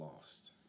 lost